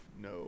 No